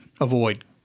avoid